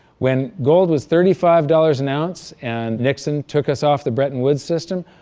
when gold was thirty five dollars an ounce and nixon took us off the bretton woods system,